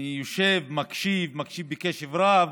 אני יושב, מקשיב, מקשיב בקשב רב,